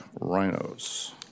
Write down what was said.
rhinos